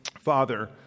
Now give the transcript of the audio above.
Father